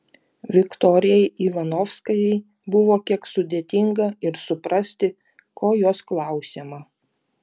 viktorijai ivanovskajai buvo kiek sudėtinga ir suprasti ko jos klausiama